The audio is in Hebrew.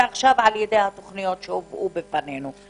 עכשיו על-ידי התוכניות שהובאו בפנינו.